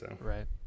Right